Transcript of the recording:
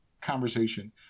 conversation